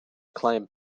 claim